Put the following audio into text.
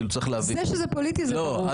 צריך להבין --- זה שזה פוליטי זה ברור לי.